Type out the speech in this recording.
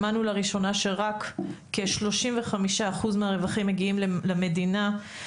שמענו לראשונה שרק כ-35% מהרווחים מגיעים למדינה.